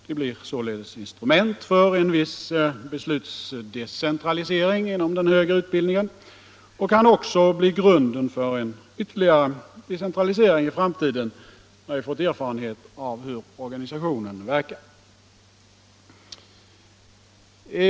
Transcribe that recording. De blir således instrument för en viss beslutsdecentralisering inom den högre utbildningen och kan också bli grunden för ytterligare decentralisering i framtiden, när vi fått erfarenhet av hur organisationen verkar.